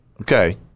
Okay